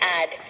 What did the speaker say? add